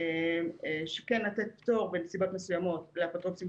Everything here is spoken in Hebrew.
כן לתת פטור בנסיבות מסוימות לאפוטרופוסים